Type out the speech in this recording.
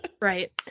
Right